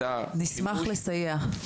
נשמח לסייע.